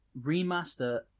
remaster